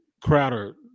Crowder